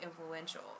influential